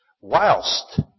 whilst